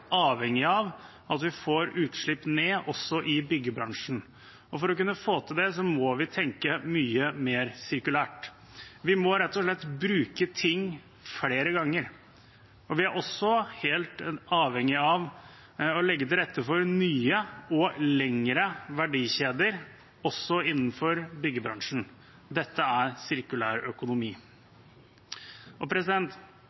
avhengig av at vi får utslippene ned også i byggebransjen. For å kunne få til det, må vi tenke mye mer sirkulært. Vi må rett og slett bruke ting flere ganger. Vi er også helt avhengig av å legge til rette for nye og lengre verdikjeder innenfor byggebransjen. Dette er